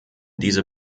diese